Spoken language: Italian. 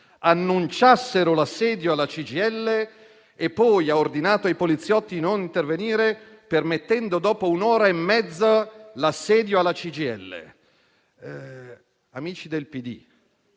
annunciassero l'assedio alla CGIL e poi ha ordinato ai poliziotti di non intervenire, permettendo dopo un'ora e mezza l'assedio alla CGIL. Amici del